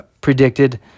Predicted